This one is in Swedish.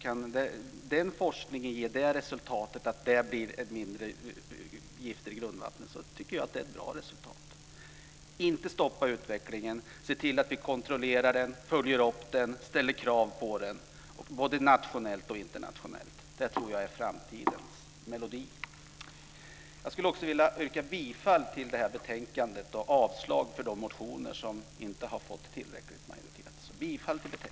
Kan den forskningen ge resultatet att det blir mindre gifter i grundvattnet tycker jag att det är ett bra resultat. Vi ska inte stoppa utvecklingen utan kontrollera den, följa upp den och ställa krav på den både nationellt och internationellt. Det tror jag är framtidens melodi. Jag skulle också vilja yrka bifall till förslaget i betänkandet och avslag på de motioner som inte har fått tillräcklig majoritet.